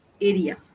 area